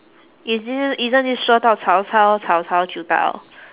is it isn't this 说到曹操曹操就到